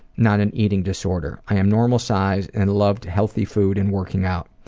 not an eating disorder. i am normal-sized and love healthy food and working out.